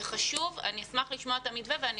זה חשוב ואני אשמח לשמוע את המתווה ואני